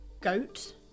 goat